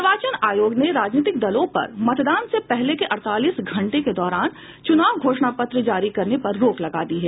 निर्वाचन आयोग ने राजनीतिक दलों पर मतदान से पहले के अड़तालीस घंटे के दौरान चुनाव घोषणा पत्र जारी करने पर रोक लगा दी है